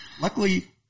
Luckily